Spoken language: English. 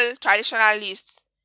traditionalists